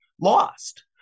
lost